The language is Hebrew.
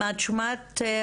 אם את שומעת אותי,